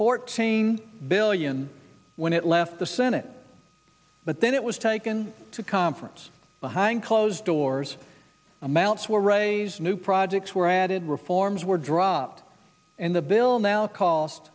fourteen billion when it left the senate but then it was taken to conference behind closed doors amounts were a new projects were added reforms were dropped and the bill